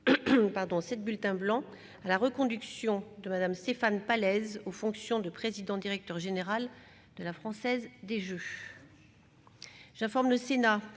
-à la reconduction de Mme Stéphane Pallez aux fonctions de président-directeur général de La Française des jeux.